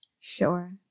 Sure